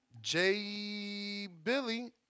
J-Billy